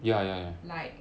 like